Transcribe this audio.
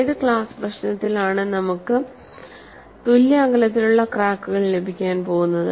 ഏത് ക്ലാസ് പ്രശ്നത്തിലാണ് നമുക്ക് തുല്യ അകലത്തിലുള്ള ക്രാക്കുകൾ ലഭിക്കാൻ പോകുന്നത്